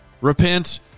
Repent